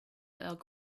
that